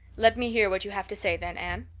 let me hear what you have to say then, anne.